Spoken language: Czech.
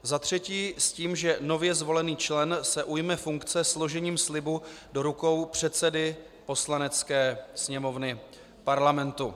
za třetí s tím, že nově zvolený člen se ujme funkce složením slibu do rukou předsedy Poslanecké sněmovny Parlamentu.